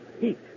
heat